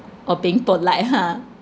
oh being polite ha